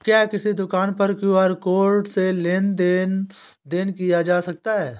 क्या किसी दुकान पर क्यू.आर कोड से लेन देन देन किया जा सकता है?